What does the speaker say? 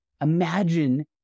Imagine